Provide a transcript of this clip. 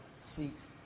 seeks